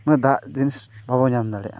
ᱱᱚᱣᱟ ᱫᱟᱜ ᱡᱤᱱᱤᱥ ᱵᱟᱵᱚᱱ ᱧᱟᱢ ᱫᱟᱲᱮᱭᱟᱜᱼᱟ